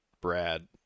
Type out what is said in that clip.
Brad